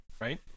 right